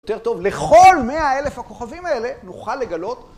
יותר טוב לכל 100,000 הכוכבים האלה נוכל לגלות